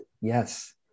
Yes